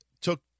took